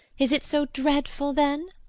is it so dreadful then?